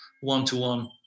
one-to-one